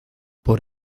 por